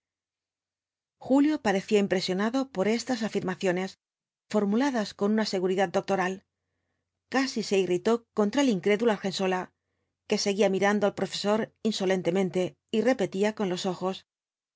julio parecía impresionado por estas afirmaciones formuladas con una seguridad doctoral casi se irritó contra el incrédulo argensola que seguía mirando al profesor insolentemente y repetía con los ojos